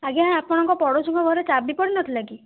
ଆଜ୍ଞା ଆପଣଙ୍କ ପଡ଼ୋଶୀଙ୍କ ଘରେ ଚାବି ପଡ଼ିନଥିଲା କି